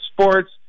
sports